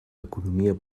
economia